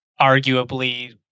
arguably